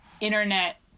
internet